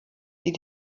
sie